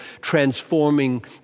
transforming